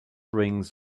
rings